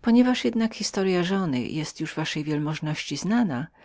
ponieważ jednak historya żony jest już waszej wielmożności znajomą